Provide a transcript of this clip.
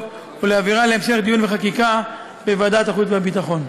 ולהעבירה להמשך דיון וחקיקה בוועדת החוץ והביטחון.